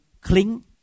cling